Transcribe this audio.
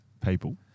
people